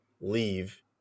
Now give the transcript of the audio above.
leave